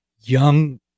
young